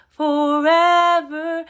forever